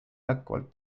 jätkuvalt